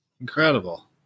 Incredible